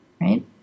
Right